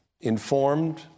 informed